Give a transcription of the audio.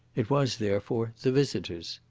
it was, therefore, the visitor's.